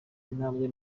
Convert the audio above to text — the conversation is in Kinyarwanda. intambwe